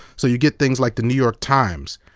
so you get things like the new york times,